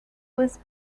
was